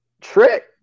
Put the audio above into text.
trick